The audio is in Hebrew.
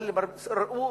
אבל ראו,